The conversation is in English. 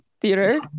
theater